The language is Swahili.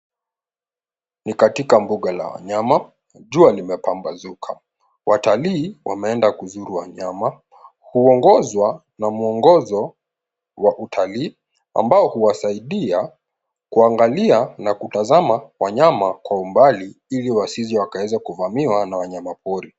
Ni katika mbuga la wanyama, jua limepambazuka. Watalii wameenda kuzuru wanyama huongozwa na muongozo wa utalii ambao huwasaidia kuangalia na kutazama wanyama kwa umbali ili wasije wakaweze kuvamiwa na wanyama pori.